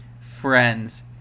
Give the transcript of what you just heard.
friends